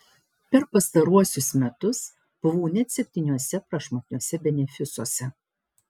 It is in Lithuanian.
per pastaruosius metus buvau net septyniuose prašmatniuose benefisuose